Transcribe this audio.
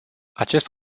acest